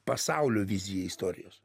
pasaulio viziją istorijos